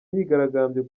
myigaragambyo